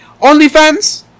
OnlyFans